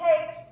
takes